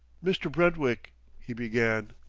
mr. brentwick he began.